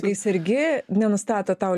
kai sergi nenustato tau